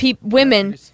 Women